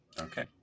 Okay